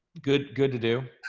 good good to do.